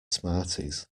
smarties